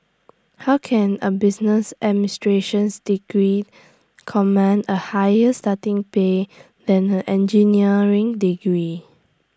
how can A business administrations degree command A higher starting pay than an engineering degree